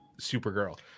Supergirl